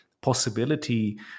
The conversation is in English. possibility